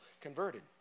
converted